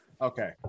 Okay